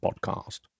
Podcast